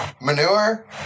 manure